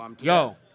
yo